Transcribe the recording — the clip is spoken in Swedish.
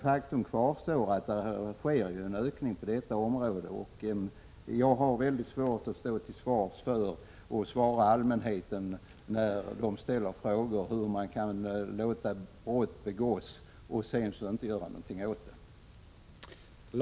Faktum kvarstår att det sker en ökning på detta område. Vi har väldigt svårt att stå till svars inför allmänheten när frågor ställs om hur man kan låta brott begås utan att sedan göra någonting åt dem.